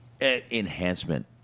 Enhancement